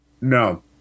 No